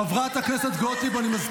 --- חברת הכנסת גוטליב, את בקריאה שנייה.